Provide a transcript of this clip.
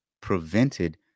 prevented